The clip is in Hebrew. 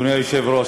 אדוני היושב-ראש,